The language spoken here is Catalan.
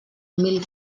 mil